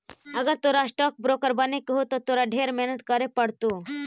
अगर तोरा stock broker बने के हो त तोरा ढेर मेहनत करे पड़तो